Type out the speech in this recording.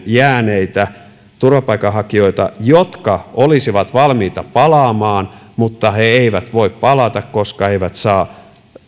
jääneitä turvapaikanhakijoita jotka olisivat valmiita palaamaan mutta he eivät voi palata koska eivät saa